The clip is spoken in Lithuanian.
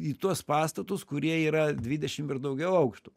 į tuos pastatus kurie yra dvidešim ir daugiau aukštų